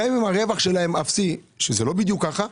גם אם הרווח שלהן אפס שזה לא בדיוק כך,